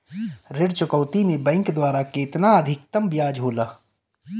ऋण चुकौती में बैंक द्वारा केतना अधीक्तम ब्याज होला?